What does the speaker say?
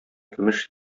көмеш